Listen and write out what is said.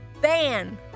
ban